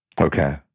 okay